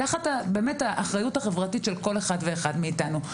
תחת האחריות של כל אחד ואחד מאיתנו.